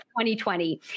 2020